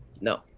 No